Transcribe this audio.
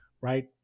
right